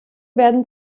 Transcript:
werden